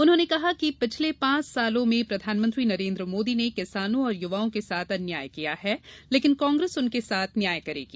उन्होंने कहा कि पिछले पांच सालों में प्रधानमंत्री नरेन्द्र मोदी ने किसानों और युवाओं के साथ अन्याय किया है परंतु कांग्रेस उनके साथ न्याय करेगी